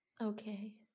Okay